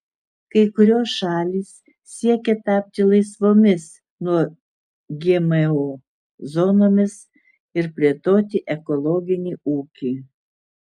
kai kurios šalys siekia tapti laisvomis nuo gmo zonomis ir plėtoti ekologinį ūkį